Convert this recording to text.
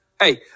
hey